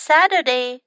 Saturday